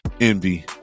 envy